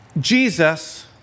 Jesus